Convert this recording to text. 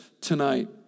tonight